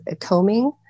combing